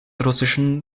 russischen